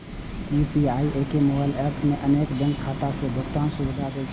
UPI एके mobile app मे अनेक बैंकक खाता सं भुगतान सुविधा दै छै